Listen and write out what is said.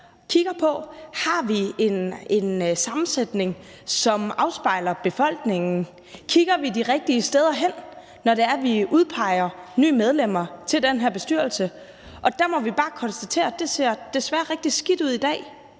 Har vi en sammensætning, som afspejler befolkningen? Kigger vi de rigtige steder hen, når vi udpeger nye medlemmer til bestyrelsen? Der må vi bare konstatere, at det desværre ser rigtig skidt ud i dag.